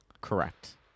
Correct